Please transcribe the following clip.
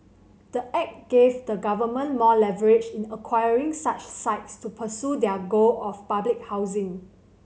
the act gave the government more leverage in acquiring such sites to pursue their goal of public housing